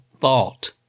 thought